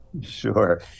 Sure